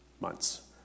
months